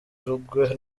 rugwe